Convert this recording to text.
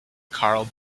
carl